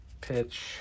pitch